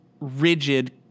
rigid